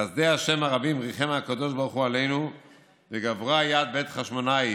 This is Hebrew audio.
בחסדי ה' הרבים ריחם הקדוש ברוך הוא עלינו וגברה יד בית חשמונאי